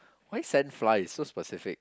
why sand flies so specific